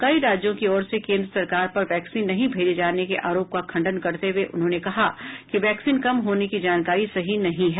कई राज्यों की ओर से केन्द्र सरकार पर वैक्सीन नहीं भेजे जाने के आरोप का खंडन करते हुए उन्होंने कहा कि वैक्सीन कम होने की जानकारी सही नहीं है